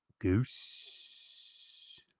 Goose